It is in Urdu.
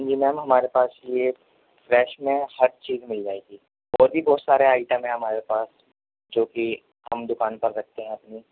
ہاں جی میم ہمارے پاس یہ فریش میں ہر چیز مل جائے گی اور بھی بہت سارے آئٹم ہیں ہمارے پاس جو کہ ہم دوکان پہ رکھتے ہیں اپنی